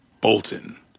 Bolton